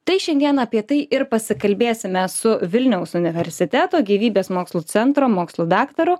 tai šiandien apie tai ir pasikalbėsime su vilniaus universiteto gyvybės mokslų centro mokslų daktaru